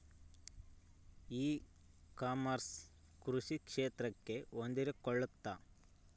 E commerce ಕೃಷಿ ಕ್ಷೇತ್ರಕ್ಕೆ ಹೊಂದಿಕೊಳ್ತೈತಾ?